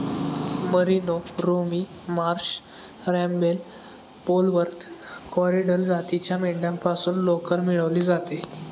merino, Romney Marsh, रॅम्बेल, Polwarth, Corriedale जातीच्या मेंढ्यांपासून लोकर मिळवली जाते